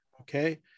okay